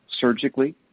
surgically